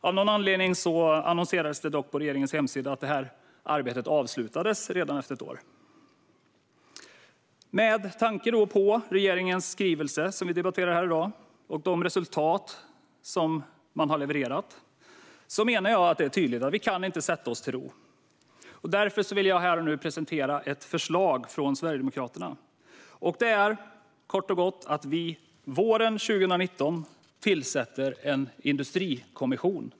Av någon anledning annonserades det dock redan efter ett år på regeringens webbplats att detta arbete avslutats. Med tanke på regeringens skrivelse, som vi debatterar här i dag, och de resultat som man har levererat menar jag att det är tydligt att vi inte kan slå oss till ro. Därför vill jag här och nu presentera ett förslag från Sverigedemokraterna, och det är kort och gott att vi våren 2019 ska tillsätta en industrikommission.